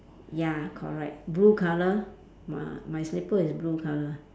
ya correct blue colour my my slipper is blue colour